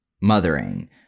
mothering